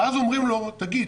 ואז אומרים לו: תגיד,